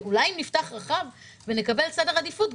ואולי אם נפתח רחב ונקבל סדר עדיפות,